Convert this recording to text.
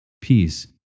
peace